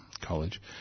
College